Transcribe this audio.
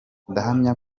ndahamya